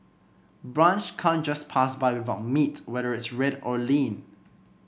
brunch can't just pass by without meat whether it's red or lean